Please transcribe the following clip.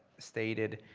stated.